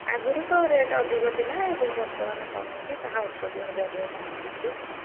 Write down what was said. ଆଗରୁ ତ ରେଟ୍ ଅଧିକ ଥିଲା ଏବେ ବର୍ତ୍ତମାନ କମିକି ତାହା ଅଠ୍ଷଠି ହଜାରରେ ପହଁଞ୍ଚିଛି